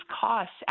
costs